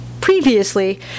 Previously